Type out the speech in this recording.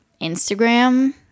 Instagram